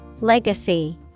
Legacy